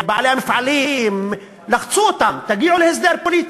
בעלי המפעלים, לחצו אותם: תגיעו להסדר פוליטי.